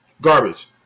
Garbage